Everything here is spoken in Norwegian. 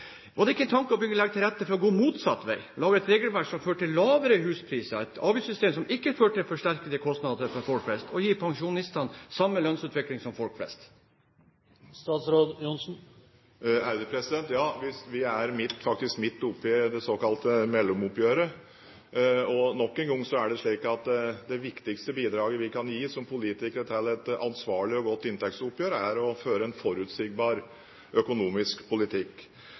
det ikke en tanke å begynne å legge til rette for å gå motsatt vei, lage et regelverk som fører til lavere huspriser, et avgiftssystem som ikke fører til forsterkede kostnader for folk flest, og å gi pensjonistene samme lønnsutvikling som folk flest? Ja, vi er faktisk midt oppi det såkalte mellomoppgjøret, og nok en gang er det slik at det viktigste bidraget vi som politikere kan gi til et ansvarlig og godt inntektsoppgjør, er å føre en forutsigbar økonomisk politikk.